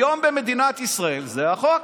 היום במדינת ישראל זה החוק.